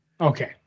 Okay